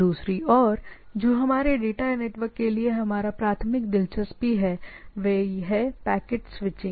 दूसरी ओर जो हमारे डेटा नेटवर्क के लिए हमारा प्राथमिक हित है वह है पैकेट स्विचिंग